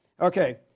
Okay